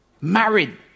married